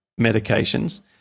medications